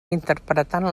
interpretant